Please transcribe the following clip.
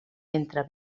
entre